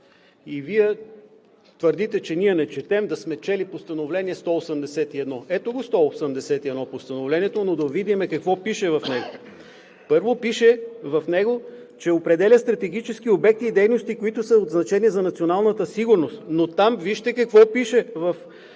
Вие твърдите, че ние не четем, да сме чели Постановление № 181. Ето го Постановление № 181, но да видим какво пише в него. Първо, в него пише, че определя стратегически обекти и дейности, които са от значение за националната сигурност. Но вижте какво пише в